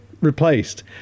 replaced